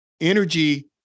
energy